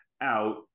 out